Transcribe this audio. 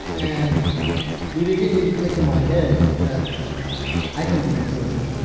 and dude, it didn't even click in my head that i can be deported